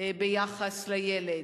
ביחס לילד,